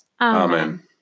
Amen